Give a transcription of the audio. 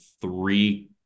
three